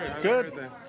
Good